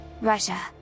Russia